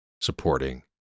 supporting